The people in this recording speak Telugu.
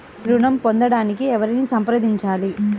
ఋణం పొందటానికి ఎవరిని సంప్రదించాలి?